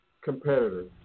competitors